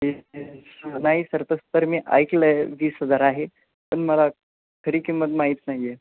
नाही सर तसं तर मी ऐकलं आहे वीस हजार आहे पण मला खरी किंमत माहीत नाही आहे